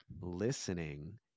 listening